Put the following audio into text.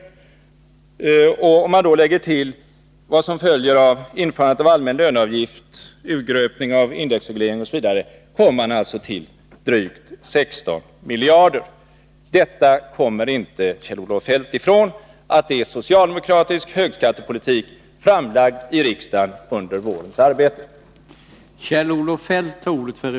Lägger vi till vad som följer av införandet av allmän löneavgift, urgröpning av indexreglering osv., uppgår alltså beloppet till drygt 16 miljarder. Kjell-Olof Feldt kommer inte ifrån att detta är socialdemokratisk högskattepolitik föreslagen i riksdagen under vårens arbete.